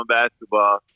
basketball